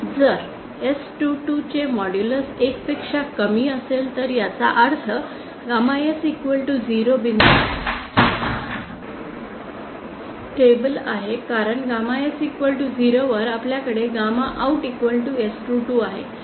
जर S22 चे modulus 1 पेक्षा कमी असेल तर याचा अर्थ गामा S 0 बिंदू स्टेबल आहे कारण गामा S 0 वर आपल्याकडे गॅमा आउट S22 आहे